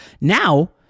Now